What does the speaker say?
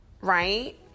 right